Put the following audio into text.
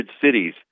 cities